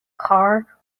car